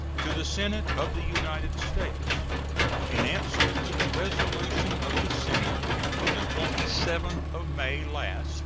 to the senate of the united states in answer to the resolution of the senate of the twenty seventh of may last,